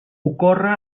ocórrer